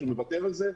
שהוא מוותר על זה?